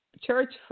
church